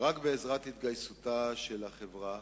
רק בעזרת התגייסותה של החברה